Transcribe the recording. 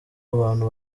abantu